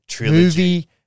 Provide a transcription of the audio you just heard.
movie